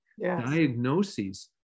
diagnoses